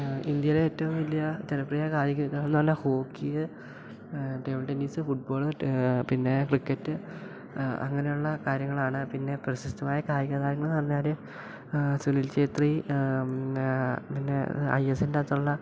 ഇന്ത്യയിലെ ഏറ്റവും വലിയ ജനപ്രിയ കായികങ്ങള് എന്ന് പറഞ്ഞാൽ ഹോക്കി ടേബിൾ ടെന്നീസ് ഫുട്ബോള് പിന്നെ ക്രിക്കറ്റ് അങ്ങനെയുള്ള കാര്യങ്ങളാണ് പിന്നെ പ്രശസ്തമായ കായികതാരങ്ങൾ എന്ന് പറഞ്ഞാൽ സുനിൽ ഛേത്രി പിന്നെ ഐ എസ്ൻ്റെ അകത്തുള്ള